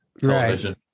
television